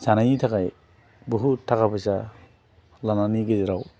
जानायनि थाखाय बहुत थाखा फैसा लानायनि गेजेराव